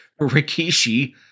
Rikishi